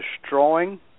destroying